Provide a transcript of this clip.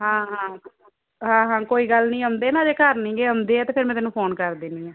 ਹਾਂ ਹਾਂ ਹਾਂ ਹਾਂ ਕੋਈ ਗੱਲ ਨਹੀਂ ਆਉਂਦੇ ਨਾ ਅਜੇ ਘਰ ਨਹੀਂ ਗੇ ਆਉਂਦੇ ਆ ਤਾਂ ਫਿਰ ਮੈਂ ਤੈਨੂੰ ਫੋਨ ਕਰ ਦੇਣੀ ਹੈ